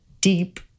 deep